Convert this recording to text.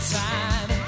time